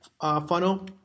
funnel